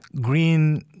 green